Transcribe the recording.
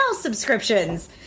subscriptions